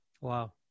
Wow